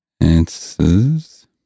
answers